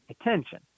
attention